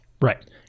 Right